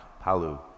palu